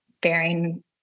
bearing